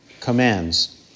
commands